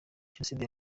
jenoside